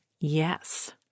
yes